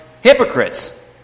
hypocrites